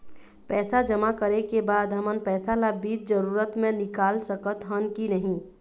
पैसा जमा करे के बाद हमन पैसा ला बीच जरूरत मे निकाल सकत हन की नहीं?